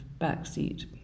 backseat